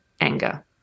anger